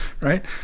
right